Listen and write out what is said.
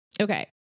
Okay